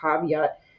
caveat